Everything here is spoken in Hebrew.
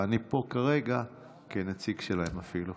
ואני פה כרגע כנציג שלהם אפילו.